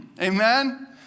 Amen